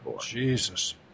Jesus